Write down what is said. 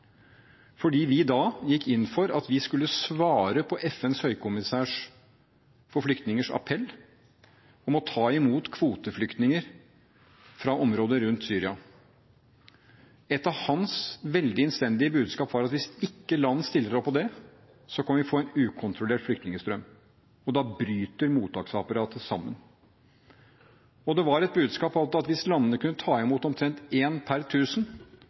fordi vi da gikk inn for at vi skulle svare på FNs høykommissær for flyktningers appell om å ta imot kvoteflyktninger fra området rundt Syria. Et av hans veldig innstendige budskap var at hvis ikke land stiller opp på det, kan vi få en ukontrollert flyktningstrøm, og da bryter mottaksapparatet sammen, og det var et budskap om at hvis landene kunne ta imot omtrent én per